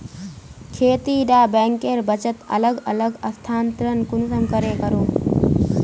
खेती डा बैंकेर बचत अलग अलग स्थानंतरण कुंसम करे करूम?